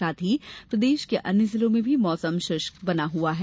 साथ ही प्रदेश के अन्य जिलों में भी मौसम शुष्क बना हुआ है